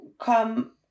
come